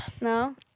no